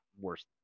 worse